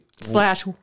slash